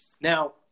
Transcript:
Now